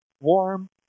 warm